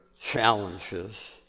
challenges